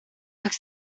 like